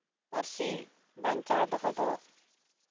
ᱯᱟᱹᱨᱥᱤ ᱵᱟᱧᱪᱟᱣ ᱫᱚᱦᱚ ᱫᱚ